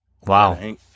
Wow